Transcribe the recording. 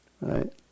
right